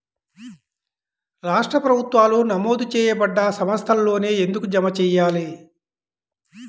రాష్ట్ర ప్రభుత్వాలు నమోదు చేయబడ్డ సంస్థలలోనే ఎందుకు జమ చెయ్యాలి?